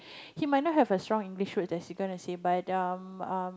he might not have a strong english word that's he gonna say but um um